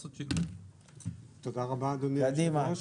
תודה רבה אדוני היו"ר,